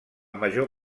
major